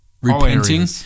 Repenting